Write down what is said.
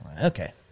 okay